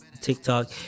TikTok